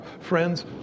Friends